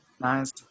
Nice